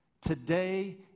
today